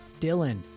Dylan